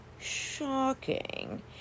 shocking